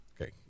Okay